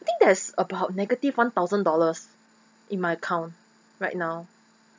I think there's about negative one thousand dollars in my account right now